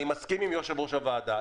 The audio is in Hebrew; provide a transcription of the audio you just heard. אני מסכים עם יושב ראש הוועדה.